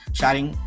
sharing